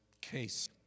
case